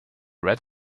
red